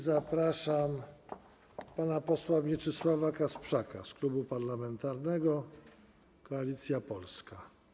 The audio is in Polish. Zapraszam pana posła Mieczysława Kasprzaka z Klubu Parlamentarnego Koalicja Polska.